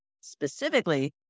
specifically